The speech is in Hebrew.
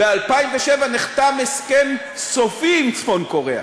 ב-2007 נחתם הסכם סופי עם צפון-קוריאה.